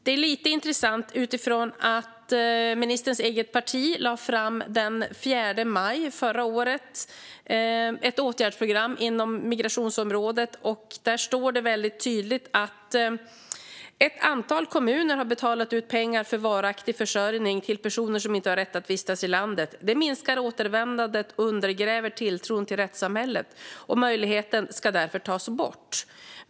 Detta är intressant utifrån att ministerns eget parti den 4 maj förra året lade fram ett åtgärdsprogram inom migrationsområdet där det tydligt står: Ett antal kommuner har betalat ut pengar för varaktig försörjning till personer som inte har rätt att vistas i landet. Det minskar återvändandet och undergräver tilltron till rättssamhället, och möjligheten ska därför tas bort.